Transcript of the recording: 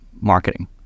marketing